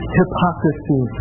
hypocrisy